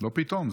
לא פתאום,